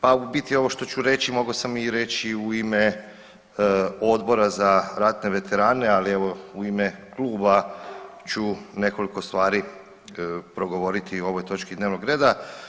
Pa u biti ovo što ću reći mogao sam reći i u ime Odbora za ratne veterane, ali evo u ime kluba ću nekoliko stvari progovoriti i o ovoj točki dnevnog reda.